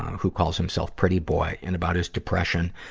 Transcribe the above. who calls himself pretty boy. and about his depression,